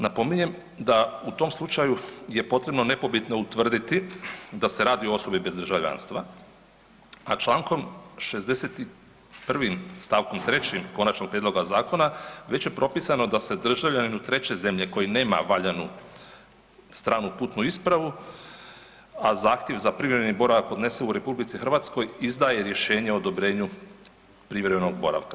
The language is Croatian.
Napominjem, da u tom slučaju je potrebno nepobitno utvrditi da se radi o osobi bez državljanstva, a Člankom 61. stavkom 3. konačnog prijedloga zakona već je propisano da se državljaninu treće zemlje koji nema valjanu stranu putnu ispravu, a zahtjev za privremeni boravak podnese u RH izdaje rješenje o odobrenju privremenog boravka.